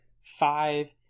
five